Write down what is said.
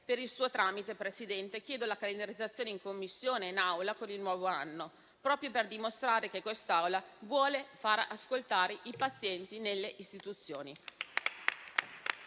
Per il suo tramite, signor Presidente, ne chiedo la calendarizzazione in Commissione e in Aula con il nuovo anno, proprio per dimostrare che questa Assemblea vuole far ascoltare i pazienti nelle istituzioni.